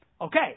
okay